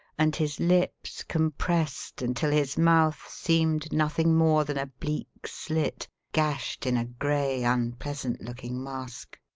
and his lips compressed until his mouth seemed nothing more than a bleak slit gashed in a gray, unpleasant-looking mask.